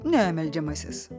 ne meldžiamasis